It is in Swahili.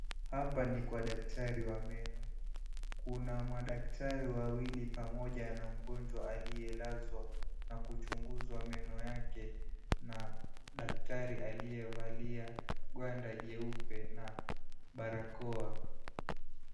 Hapa ni kwa daktari wa meno. Kuna madaktari wawili pamoja na mgonjwa aliyelazwa na kuchunguzwa meno yake na daktari aliyevalia gwanda jeupe na barakoa.